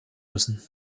müssen